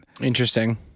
Interesting